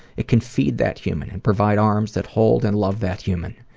it can feed that human and provide arms that hold and love that human.